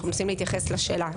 אנחנו מנסים להתייחס לשאלה.